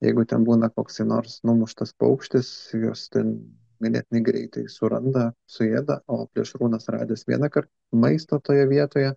jeigu ten būna koksai nors numuštas paukštis juos ten ganėtinai greitai suranda suėda o plėšrūnas radęs vienąkart maisto toje vietoje